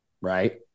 right